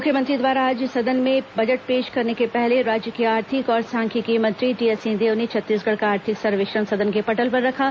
मुख्यमंत्री द्वारा आज सदन में बजट पेश करने के पहले राज्य के आर्थिक और सांख्यिकी मंत्री टीएस सिंहदेव ने छत्तीसगढ़ का आर्थिक सर्वेक्षण सदन के पटल पर रखा